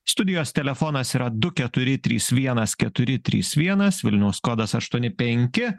studijos telefonas yra du keturi trys vienas keturi trys vienas vilniaus kodas aštuoni penki